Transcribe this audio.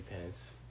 pants